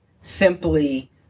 simply